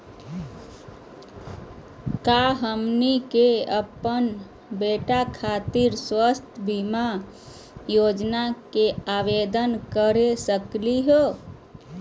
का हमनी के अपन बेटवा खातिर स्वास्थ्य बीमा योजना के आवेदन करे सकली हे?